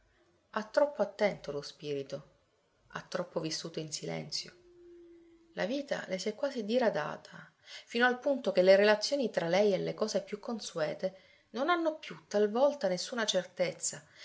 ha troppo attento lo spirito ha troppo vissuto in silenzio la vita le si è quasi diradata fino al punto che le relazioni tra lei e le cose più consuete non hanno più talvolta nessuna certezza